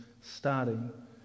starting